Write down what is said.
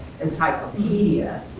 encyclopedia